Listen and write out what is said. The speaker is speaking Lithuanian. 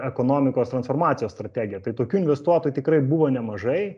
ekonomikos transformacijos strategiją tai tokių investuotojų tikrai buvo nemažai